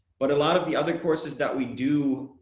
but a lot of the other courses that we do,